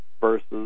versus